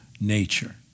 nature